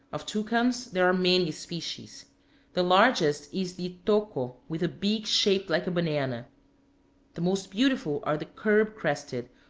of toucans there are many species the largest is the toco, with a beak shaped like a banana the most beautiful are the curb-crested,